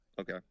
okay